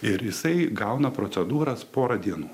ir jisai gauna procedūras porą dienų